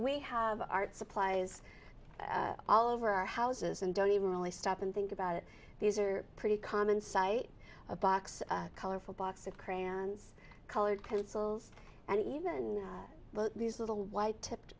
we have art supplies all over our houses and don't even really stop and think about it these are pretty common sight a box colorful box of crayons colored pencils and even these little white tipped